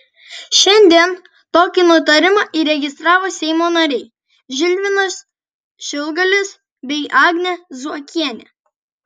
šiandien tokį nutarimą įregistravo seimo nariai žilvinas šilgalis bei agnė zuokienė